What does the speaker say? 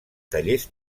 tallers